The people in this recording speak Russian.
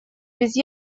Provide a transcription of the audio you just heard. без